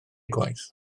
gwaith